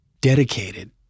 dedicated